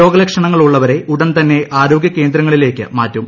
രോഗലക്ഷണങ്ങൾ ഉള്ളവരെ ഉടൻ തന്നെ ആരോഗ്യ കേന്ദ്രങ്ങളിലേക്ക് മാറ്റും